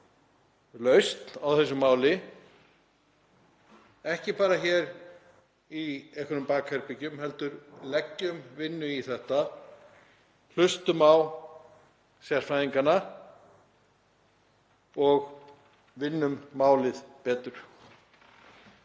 lausn á þessu máli, ekki bara hér í einhverjum bakherbergjum heldur leggjum vinnu í þetta. Hlustum á sérfræðingana og vinnum málið betur.